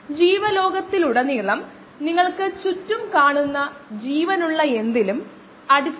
അന്തിമ ശുദ്ധീകരിച്ച ഉൽപ്പന്നം നേടുന്നതിന് ഡൌൺസ്ട്രീം പ്രോസസ്സിംഗ് ഘട്ടങ്ങളിലൂടെ ആണ് ചെയ്യുന്നത്